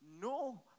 No